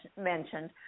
mentioned